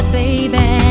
baby